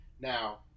Now